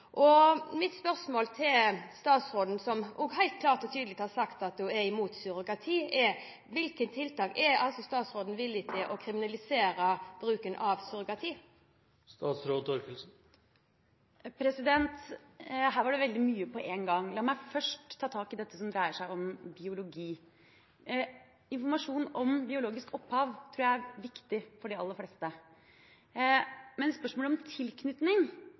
Mitt spørsmål til statsråden, som også helt klart og tydelig har sagt at hun er imot surrogati, er: Er statsråden villig til å kriminalisere også bruken av surrogati? Her var det veldig mye på en gang. La meg først ta tak i dette som dreier seg om biologi. Informasjon om biologisk opphav tror jeg er viktig for de aller fleste, men spørsmålet om tilknytning